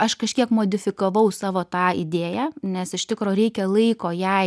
aš kažkiek modifikavau savo tą idėją nes iš tikro reikia laiko jai